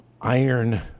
iron